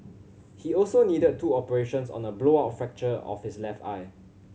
he also needed two operations on the blowout fracture of his left eye